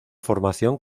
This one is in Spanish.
formación